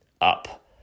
up